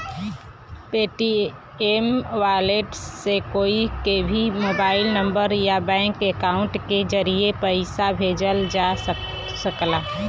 Paytm wallet से कोई के भी मोबाइल नंबर या बैंक अकाउंट के जरिए पइसा भेजल जा सकला